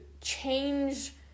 change